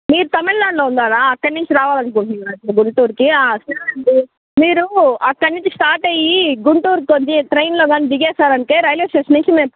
మీరు తమిళనాడులో ఉన్నారా అక్కడ నుంచి రావాలి అనుకుంటున్నారా గుంటూరుకి సరేనండి మీరు అక్కడ నుంచి స్టార్ట్ అయ్యి గుంటూరుకు వచ్చి ట్రైన్లో కాని దిగేశారు అంటే రైల్వే స్టేషన్ నుంచి మేము